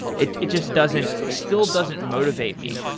it it just doesn't still doesn't motivate me.